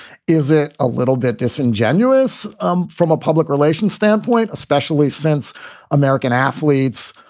is it a little bit disingenuous um from a public relations standpoint, especially since american athletes,